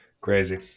crazy